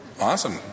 Awesome